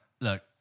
look